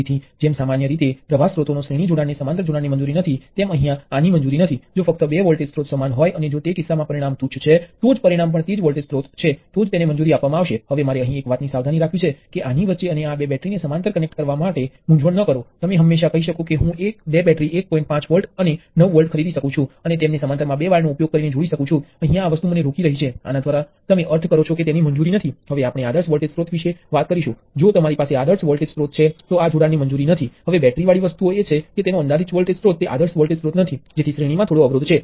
તેથી આ પ્રવાહ સ્ત્રોત નું મૂલ્ય હું પછી સ્પષ્ટ કરીશ તેનો અર્થ એ છે કે પ્રવાહ I અહીંથી ત્યાં વહી રહ્યો છે અને તે આ પ્ર્વાહ સ્રોતમાંથી જે વોલ્ટેજ છે તેનાથી તે સ્વતંત્ર છે તે જ રીતે તે સમગ્ર વોલ્ટેજ થી સ્વતંત્ર રહેશે આ આખું સંયોજન કારણ કે સમગ્ર સંયોજનમાં નો વોલ્ટેજ એ પ્રવાહ સ્રોતમાંથી વોલ્ટેજ સિવાય કંઈ નથી જે આ એલિમેન્ટ માં ના વોલ્ટેજ વત્તા કંઈપણ હોઈ શકે છે